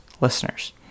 listeners